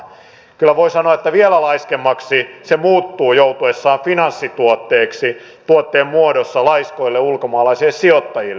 kyllä voi sanoa että vielä laiskemmaksi se muuttuu joutuessaan finanssituotteen muodossa laiskoille ulkomaalaisille sijoittajille